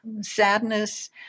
sadness